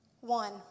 One